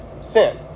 sin